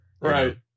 right